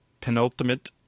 penultimate